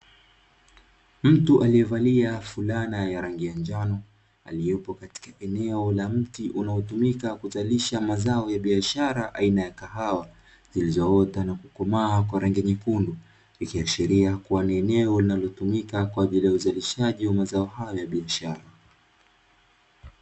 Mtu aliyevalia fulana ya rangi ya njano, aliyepo katika eneo la mti; unaotumika kuzalisha mazao ya biashara aina ya kahawa, zilizoota na kukomaa kwa rangi nyekundu, ikiashiria kuwa ni eneo linalotumika kwa ajili ya uzalishaji wa mazao hayo ya biashara.